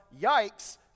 yikes